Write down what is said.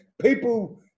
people